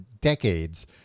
decades